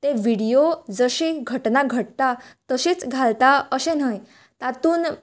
तें व्हिडियो जशे घटना घडटा तशेंच घालता अशे न्हय तातूंन